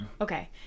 Okay